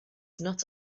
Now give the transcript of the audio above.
not